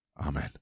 Amen